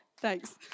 Thanks